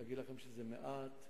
אגיד לכם שזה מעט?